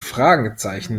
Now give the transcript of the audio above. fragezeichen